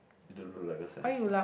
you don't look like a science person